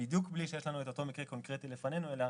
בדיוק בלי שיש לנו את אותו מקרה קונקרטי לפנינו אלא